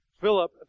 Philip